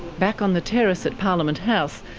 back on the terrace at parliament house,